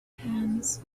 hands